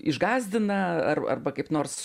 išgąsdina ar arba kaip nors